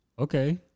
Okay